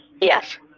Yes